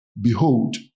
Behold